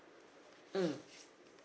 mm